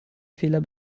fehler